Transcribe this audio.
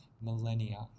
millennia